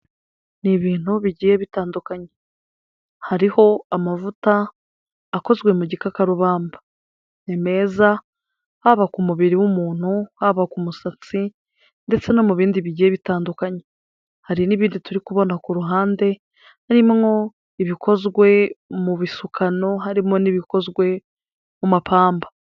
Ni ibintu bigiye bitandukanye, hariho amavuta akozwe mu gikakarubamba, ni meza haba ku mubiri w'umuntu, haba ku musatsi ndetse no mu bindi bigiye bitandukanye, hari n'ibindi turi kubona ku ruhande harimo ibikozwe mu bisukano harimo n'ibikozwe mu mapamba.